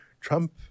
Trump